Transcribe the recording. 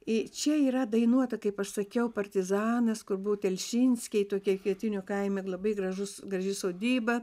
į čia yra dainuota kaip aš sakiau partizanas kur buvo telšinskiai tokie kvietinių kaime labai gražus graži sodyba